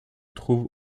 trouve